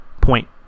point